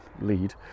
lead